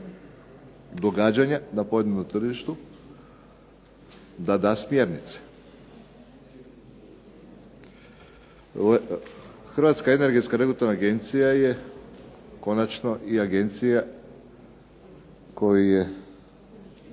događanja na pojedinom tržištu da da smjernice. Hrvatska energetska regulatorna agencija je konačno i Agencija koju je